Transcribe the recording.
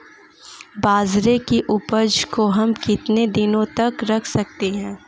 बाजरे की उपज को हम कितने दिनों तक रख सकते हैं?